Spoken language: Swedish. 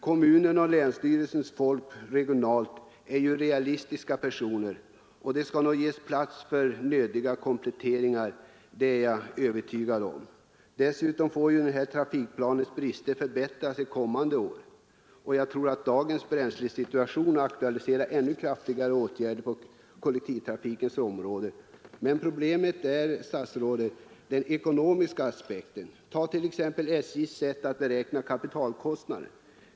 Kommunernas och länsstyrelsernas folk är realistiska personer, och det skall nog ges plats för nödvändiga kompletteringar. Dessutom får trafikplanens brister avhjälpas under kommande år. Dagens bränslesituation aktualiserar ännu kraftigare åtgärder på kollektivtrafikens område. Problemet är, herr statsråd, den ekonomiska aspekten, Ta t.ex. SJ:s sätt att beräkna kapitalkostnader.